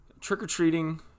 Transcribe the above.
trick-or-treating